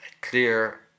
clear